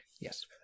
Yes